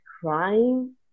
crying